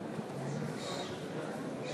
ההצבעה: